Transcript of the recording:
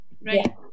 Right